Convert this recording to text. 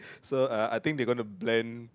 so I I think they going to blend